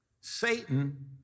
Satan